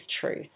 truth